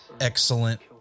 excellent